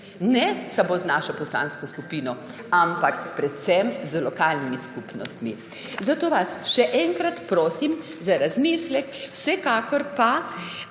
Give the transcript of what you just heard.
Ne samo z našo poslansko skupino, ampak predvsem z lokalnimi skupnostmi. Zato vas še enkrat prosim za razmislek. Vsekakor pa